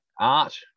art